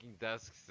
desks